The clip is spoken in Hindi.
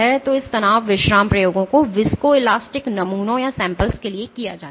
तो इन तनाव विश्राम प्रयोगों को viscoelastic नमूनों के लिए किया जाता है